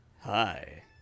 Hi